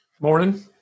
morning